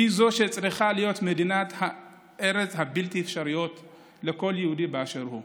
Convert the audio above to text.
היא שצריכה להיות ארץ האפשרויות הבלתי-מוגבלות לכל יהודי באשר הוא,